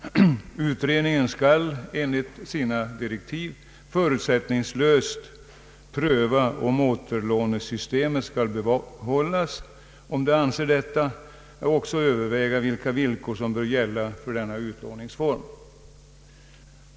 Utredningen skall enligt sina direktiv förutsättningslöst pröva om återlånesystemet skall behållas och, om utredningen anser detta, också överväga vilka villkor som bör gälla för denna utlåningsform.